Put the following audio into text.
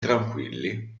tranquilli